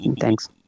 Thanks